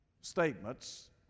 statements